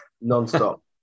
Non-stop